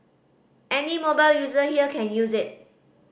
any mobile user here can use it